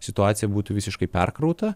situacija būtų visiškai perkrauta